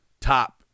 top